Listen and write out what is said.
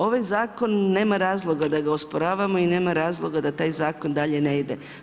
Ovaj zakon nema razloga da ga osporavamo i nema razloga da taj zakon dalje ne ide.